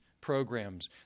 programs